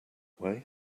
way